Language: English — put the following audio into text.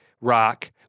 rock